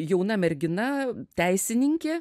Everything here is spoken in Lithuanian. jauna mergina teisininkė